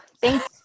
Thanks